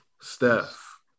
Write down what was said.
Steph